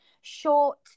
short